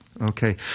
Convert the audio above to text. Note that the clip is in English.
Okay